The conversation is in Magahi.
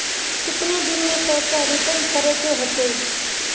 कितने दिन में पैसा रिटर्न करे के होते?